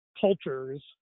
cultures